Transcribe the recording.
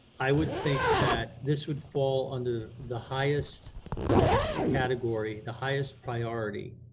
i would think that this would fall under the highest category, the highest priority,